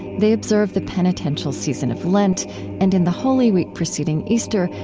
they observe the penitential season of lent and in the holy week preceding easter,